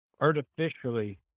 artificially